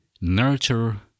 Nurture